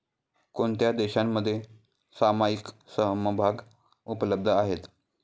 कोणत्या देशांमध्ये सामायिक समभाग उपलब्ध आहेत?